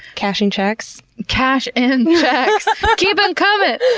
cashing checks? cash and checks! keep em coming!